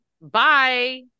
bye